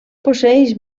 posseeix